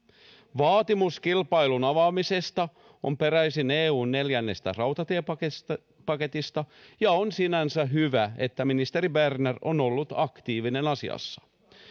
vaatimus kilpailun avaamisesta on peräisin eun neljännestä rautatiepaketista ja on sinänsä hyvä että ministeri berner on ollut aktiivinen asiassa